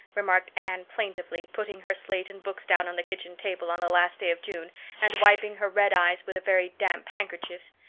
remarked anne plaintively, putting her slate and books down on the kitchen table on the last day of june and wiping her red eyes with a very damp handkerchief.